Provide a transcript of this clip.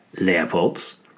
Leopold's